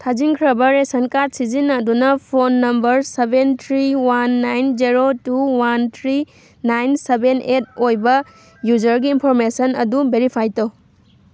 ꯊꯥꯖꯤꯟꯈ꯭ꯔꯕ ration card ꯁꯤꯖꯤꯟꯅꯗꯨꯅ phone number seven three one nine zero two one three nine seven eight ꯑꯣꯏꯕ user information ꯑꯗꯨ verify ꯇꯧ